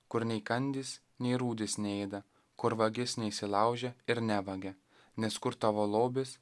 kur nei kandys nei rūdys neėda kur vagis neįsilaužia ir nevagia nes kur tavo lobis